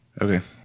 Okay